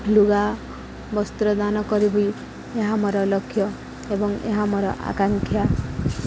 ଲୁଗା ବସ୍ତ୍ରଦାନ କରିବି ଏହା ମୋର ଲକ୍ଷ୍ୟ ଏବଂ ଏହା ମୋର ଆକାଂକ୍ଷା